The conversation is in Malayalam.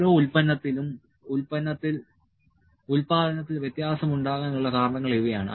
ഓരോ ഉൽപ്പന്നത്തിലും ഉൽപാദനത്തിൽ വ്യത്യാസമുണ്ടാകാനുള്ള കാരണങ്ങൾ ഇവയാണ്